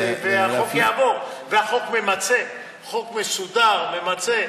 והחוק יעבור, והחוק ממצה, חוק מסודר, ממצה.